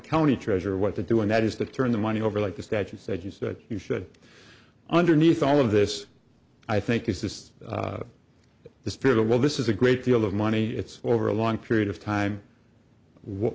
county treasurer what to do and that is to turn the money over like this that you said you said you should underneath all of this i think it's just the spirit of well this is a great deal of money it's over a long period of time what